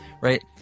right